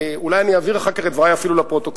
אולי אני אעביר אחר כך את דברי אפילו לפרוטוקול.